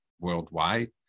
worldwide